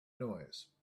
noise